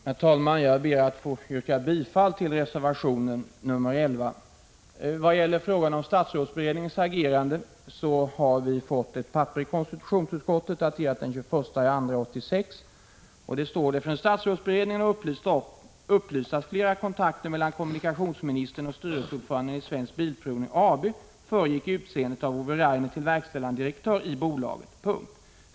Herr talman! Jag ber att få yrka bifall till reservation 11. I vad gäller frågan om statsrådsberedningens agerande har konstitutionsutskottet fått ett papper, daterat den 21 februari 1986 där följande står: ”Från statsrådsberedningen har upplysts att flera kontakter mellan komunikationsministern och styrelseordföranden i Svensk Bilprovning AB föregick utseendet av Ove Rainer till verkställande direktör i bolaget.